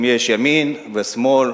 אם יש ימין ושמאל,